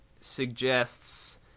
suggests